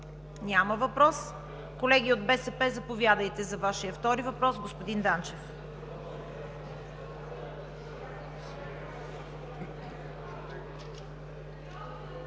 Няма въпрос. Колеги от БСП, заповядайте за Вашия втори въпрос. Господин Данчев.